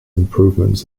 improvements